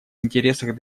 интересах